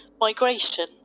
Migration